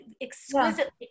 exquisitely